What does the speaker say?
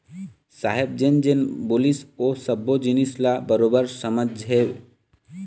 साहेब जेन जेन बोलिस ओ सब्बो जिनिस ल बरोबर समझेंव